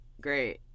great